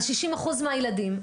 על 60 אחוז מהילדים.